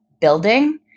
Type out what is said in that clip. building